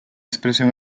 expresión